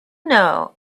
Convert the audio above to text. know